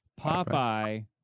Popeye